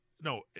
no